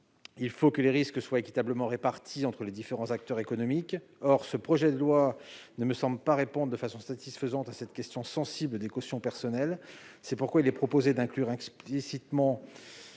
il faut que les risques soient équitablement répartis entre les différents acteurs économiques. Or ce projet de loi ne nous semble pas répondre de façon satisfaisante à cette question sensible des cautions personnelles. C'est pourquoi nous proposons dans cet amendement